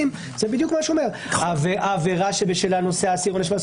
רק לחזק את דברי היושב-ראש.